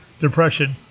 depression